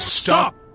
Stop